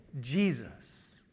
Jesus